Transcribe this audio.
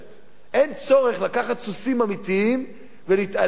אין צורך לקחת סוסים אמיתיים, להתעלל בהם